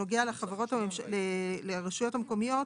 שנוגע לרשויות המקומיות,